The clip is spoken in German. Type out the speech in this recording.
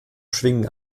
schwingen